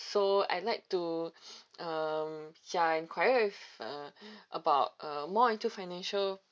so I like to um ya inquire if uh about uh more into financial